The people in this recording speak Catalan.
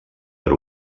per